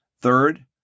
Third